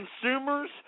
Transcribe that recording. consumers